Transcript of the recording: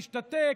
תשתתק.